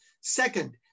Second